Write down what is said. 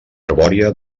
arbòria